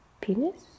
penis